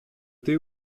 thé